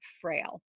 frail